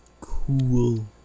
Cool